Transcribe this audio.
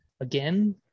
Again